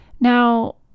Now